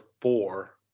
four